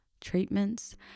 treatments